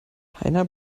heiner